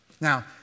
Now